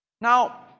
Now